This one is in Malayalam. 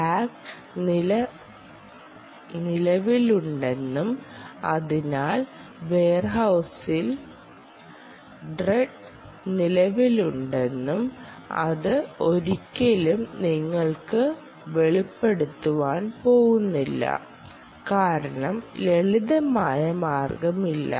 ടാഗ് നിലവിലുണ്ടെന്നും അതിനാൽ വെയർഹൌസിൽ ഡ്രഗ് നിലവിലുണ്ടെന്നും അത് ഒരിക്കലും നിങ്ങൾക്ക് വെളിപ്പെടുത്താൻ പോകുന്നില്ല കാരണം ലളിതമായ മാർഗ്ഗമില്ല